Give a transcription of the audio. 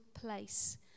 place